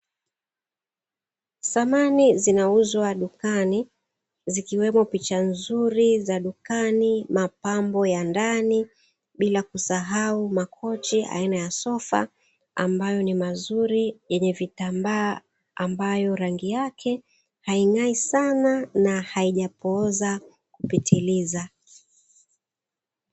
Samani zinauzwa dukani, zikiwemo picha nzuri za dukani, mapambo ya ndani, bila kusahau makochi aina ya sofa; ambayo ni mazuri yenye vitambaa ambayo rangi yake haing'ai sana na haijapooza kupitiliza.